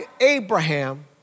Abraham